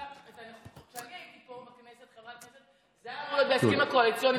כשאני הייתי פה בכנסת חברת כנסת זה היה בהסכמים הקואליציוניים,